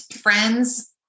friends